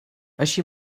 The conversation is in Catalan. així